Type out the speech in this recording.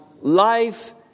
life